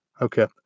Okay